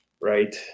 right